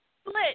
Split